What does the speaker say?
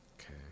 Okay